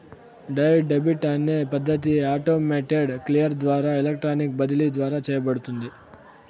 direct debit అనే పద్ధతి automated clear ద్వారా ఎలక్ట్రానిక్ బదిలీ ద్వారా చేయబడుతుంది